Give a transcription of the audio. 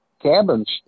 cabins